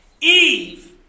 Eve